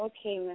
Okay